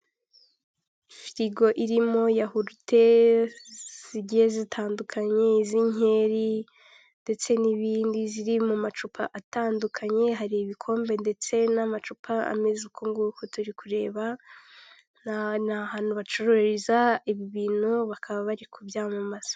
Firigo irimo yahurute zigiye zitandukanye, iz'inkeri ndetse n'ibindi, ziri mu macupa atandukanye, hari ibikombe ndetse n'amacupa ameze uku ng'uko turi kureba, ni ahantu bacururiza ibintu bakaba bari kubyamamaza.